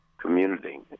community